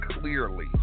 clearly